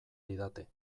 didate